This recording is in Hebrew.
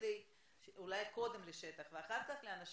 אולי קודם לשטח ואחר כך לאנשים,